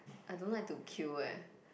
I don't like to queue eh